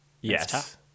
Yes